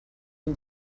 این